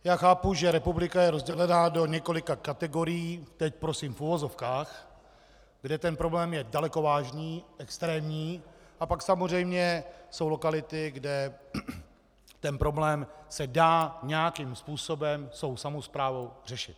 Já chápu, že republika je rozdělená do několika kategorií, teď prosím v uvozovkách, kde ten problém je vážný, extrémní, a pak samozřejmě jsou lokality, kde ten problém se dá nějakým způsobem svou samosprávou řešit.